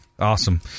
awesome